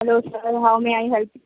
hello sir how may I help U